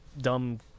dumb